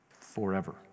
forever